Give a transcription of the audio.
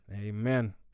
amen